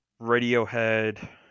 Radiohead